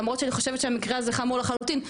למרות שאני חושבת שהמקרה הזה חמור לחלוטין.